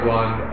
one